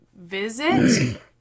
visit